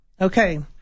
Okay